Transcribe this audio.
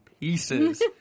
pieces